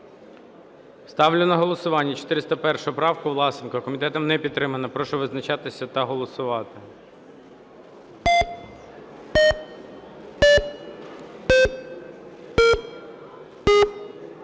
Ставлю на голосування 401 правку Власенка. Комітетом не підтримана. Прошу визначатися та голосувати.